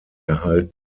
erhalten